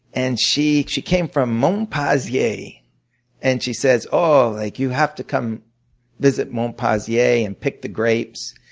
and she she came from monpazier and she says oh, like you have to come visit monpazier and pick the grapes.